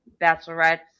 bachelorette's